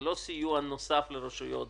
זה לא סיוע נוסף לרשויות,